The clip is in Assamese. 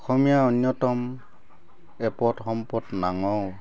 অসমীয়াৰ অন্যতম এপদ সম্পদ নাঙল